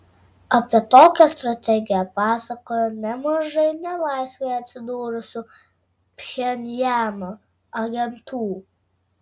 apie tokią strategiją pasakojo nemažai nelaisvėje atsidūrusių pchenjano agentų